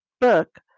book